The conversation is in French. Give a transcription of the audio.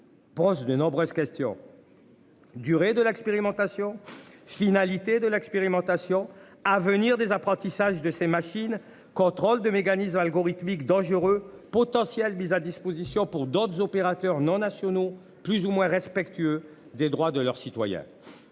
Proche de nombreuses questions. Durée de l'expérimentation. Finalité de l'expérimentation à venir des apprentissages de ces machines contrôle de mécanismes algorithmique dangereux potentiel mise à disposition pour d'autres opérateurs non nationaux plus ou moins respectueux des droits de leurs citoyens.